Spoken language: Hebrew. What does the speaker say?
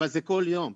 אבל זה כל יום,